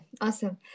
awesome